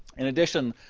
in addition,